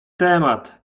temat